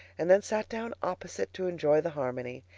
and then sat down opposite to enjoy the harmony.